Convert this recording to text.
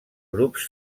grups